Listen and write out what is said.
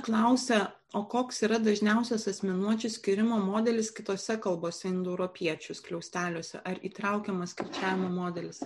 klausia o koks yra dažniausias asmenuočių skyrimo modelis kitose kalbose indoeuropiečių skliausteliuose ar įtraukiamas kirčiavimo modelis